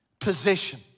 possession